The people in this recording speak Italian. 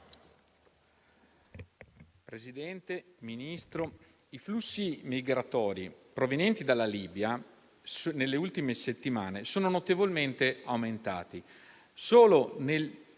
Premesso che: i flussi migratori provenienti dalla Libia nelle ultime settimane sono notevolmente aumentati: